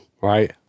right